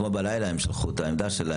הם שלחו אתמול בלילה את העמדה שלהם.